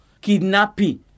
kidnapping